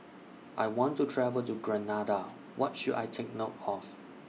I want to travel to Grenada What should I Take note of